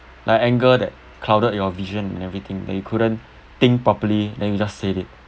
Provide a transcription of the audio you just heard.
like anger that clouded your vision and everything that you couldn't think properly then you just said it